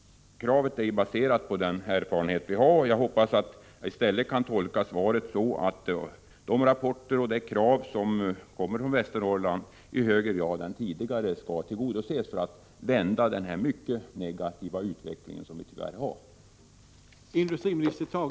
Kravet är ju baserat på den erfarenhet vi har. Jag hoppas att jag i stället kan tolka svaret så, att de rapporter och de krav som kommer från Västernorrland i högre grad än tidigare skall tillgodoses för att vända den mycket negativa utveckling som vi tyvärr har.